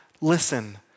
listen